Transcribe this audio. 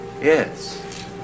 Yes